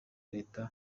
leta